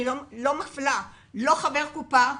ואני לא מפלה לא חבר קופה,